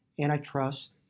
antitrust